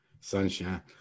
sunshine